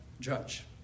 judge